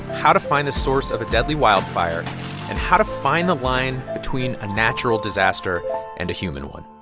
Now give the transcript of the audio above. how to find the source of a deadly wildfire and how to find the line between a natural disaster and a human one